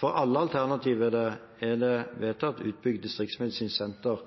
For alle alternativenes del er det